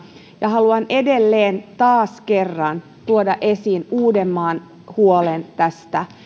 ja haluan edelleen taas kerran tuoda esiin uudenmaan huolen tästä